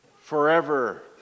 forever